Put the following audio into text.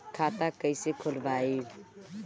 खाता कईसे खोलबाइ?